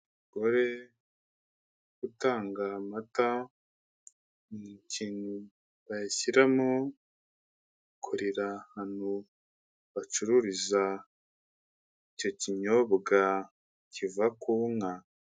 Umugore utanga amata, ni ikintu bayashyiramo, akorera ahantu bacururiza icyo kinyobwa kiva ku nka.